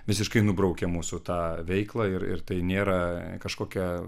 visiškai nubraukė mūsų tą veiklą ir ir tai nėra kažkokia